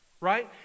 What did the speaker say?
right